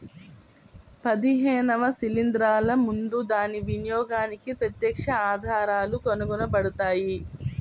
పదిహేనవ శిలీంద్రాలు ముందు దాని వినియోగానికి ప్రత్యక్ష ఆధారాలు కనుగొనబడలేదు